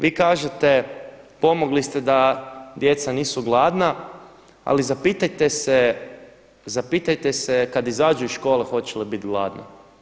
Vi kažete pomogli ste da djeca nisu gladna, ali zapitajte se kad izađu iz škole hoće li bit gladna.